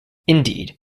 indeed